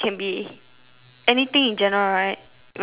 anything in general right when it comes to nature